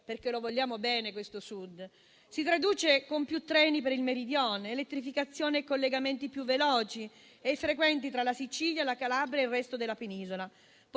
perché vogliamo bene al Sud, si traducono con più treni per il Meridione, elettrificazione e collegamenti più veloci e frequenti tra la Sicilia, la Calabria e il resto della penisola,